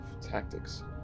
tactics